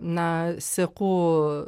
na seku